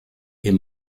est